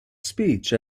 speech